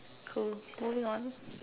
cool moving on